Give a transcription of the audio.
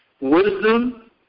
wisdom